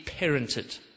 parented